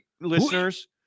listeners